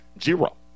zero